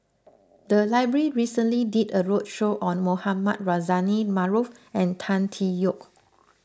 the library recently did a roadshow on Mohamed Rozani Maarof and Tan Tee Yoke